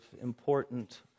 important